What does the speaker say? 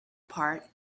part